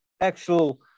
actual